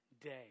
day